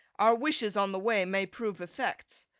our wishes on the way may prove effects.